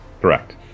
Correct